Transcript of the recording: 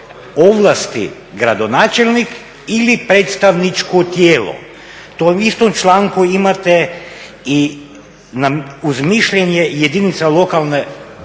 Ovlasti gradonačelnik ili predstavničko tijelo. U tom istom članku imate uz mišljenje jedinica lokalne samouprave,